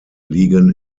liegen